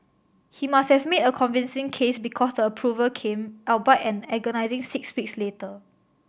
he must have made a convincing case because the approval came albeit an agonising six weeks later